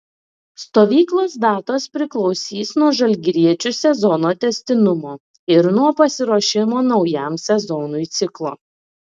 stovyklos datos priklausys nuo žalgiriečių sezono tęstinumo ir nuo pasiruošimo naujam sezonui ciklo